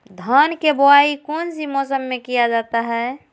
धान के बोआई कौन सी मौसम में किया जाता है?